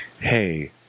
Hey